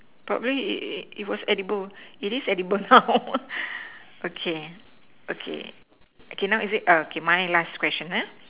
probably it it it was edible it is edible now okay okay okay now is it err okay now my last question ah